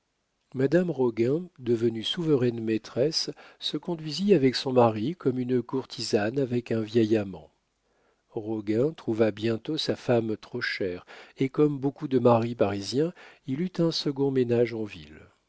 madame roguin devenue souveraine maîtresse se conduisit avec son mari comme une courtisane avec un vieil amant roguin trouva bientôt sa femme trop chère et comme beaucoup de maris parisiens il eut un second ménage en ville